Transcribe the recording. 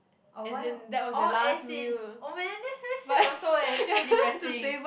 or why oh oh as in oh man that's very sad also eh that's very depressing